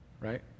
Right